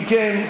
אם כן,